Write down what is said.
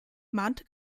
mahnte